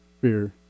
fear